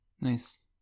Nice